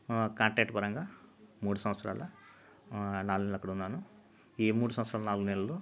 contact పరంగా మూడు సంవత్సరాల నాలుగు నెలలక్కడ ఉన్నాను ఈ మూడు సంవత్సరాల నాలుగు నెలలు